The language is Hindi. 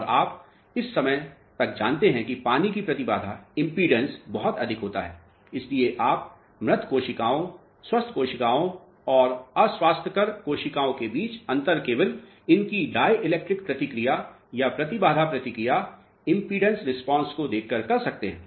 और आप इस समय तक जानते हैं कि पानी का प्रतिबाधा impedance बहुत अधिक होगा इसलिए आप मृत कोशिकाओं स्वस्थ कोशिकाओं और अस्वास्थ्यकर कोशिकाओं के बीच अंतर केवल उनकी डाई इलेक्ट्रिक प्रतिक्रिया या प्रतिबाधा प्रतिक्रिया को देखकर कर सकते हैं